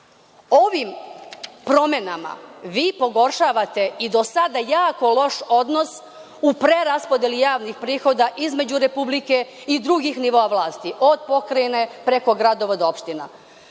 promenama vi pogoršavate i do sada jako loš odnos u preraspodeli javnih prihoda između Republike i drugih nivoa vlasti, od pokrajine, preko gradova do opština.